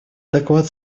доклад